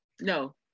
No